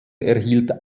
erhielt